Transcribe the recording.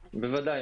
בוודאי.